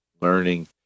learning